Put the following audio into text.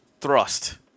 thrust